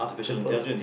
people